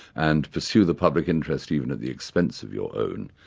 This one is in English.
and pursue the public interest even at the expense of your own.